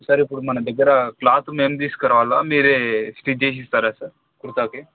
sir ఇప్పుడు మన దగ్గర క్లాతు మేం తీసుకు రావాలా మీరే స్టిచ్ చేసి ఇస్తారా సార్ కుర్తాకి